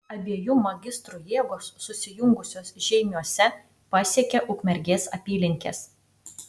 abiejų magistrų jėgos susijungusios žeimiuose pasiekė ukmergės apylinkes